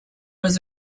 was